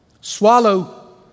swallow